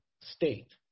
state